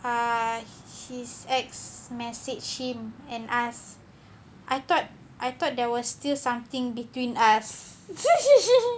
err his ex message him and ask I thought I thought there was still something between us